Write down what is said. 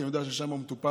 כי אני יודע ששם הוא מטופל